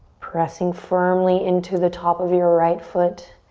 pressing firmly into the top of your right foot.